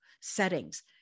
settings